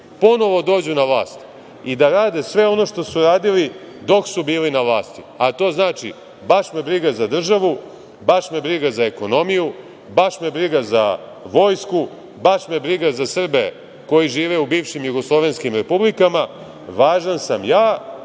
ponovo dođu na vlast i da rade sve ono što su radili dok su bili na vlasti, a to znači – baš me briga za državu, baš me briga za ekonomiju, baš me briga za vojsku, baš me briga za Srbe koji žive u bivšim jugoslovenskim republikama, važan sam ja,